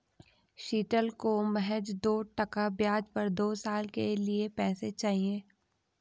शीतल को महज दो टका ब्याज पर दो साल के लिए पैसे चाहिए